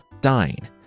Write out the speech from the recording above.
dying